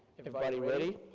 everybody ready?